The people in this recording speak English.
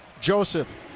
joseph